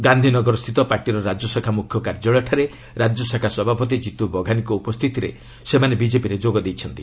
ଗାନ୍ଧିନଗରସ୍ଥିତ ପାର୍ଟିର ରାଜ୍ୟଶାଖା ମ୍ରଖ୍ୟ କାର୍ଯ୍ୟାଳୟଠାରେ ରାଜ୍ୟଶାଖା ସଭାପତି କିତ୍ର ବଘାନୀଙ୍କ ଉପସ୍ଥିତିରେ ସେମାନେ ବିକେପିରେ ଯୋଗ ଦେଇଛନ୍ତି